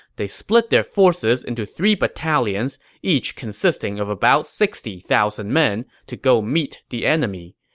they split their forces into three battalions, each consisting of about sixty thousand men, to go meet the enemy.